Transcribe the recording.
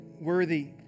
worthy